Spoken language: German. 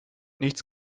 nichts